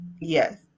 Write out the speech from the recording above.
Yes